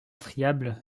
friable